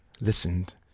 listened